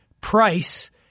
price